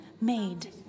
made